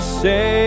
say